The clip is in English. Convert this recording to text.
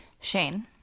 Shane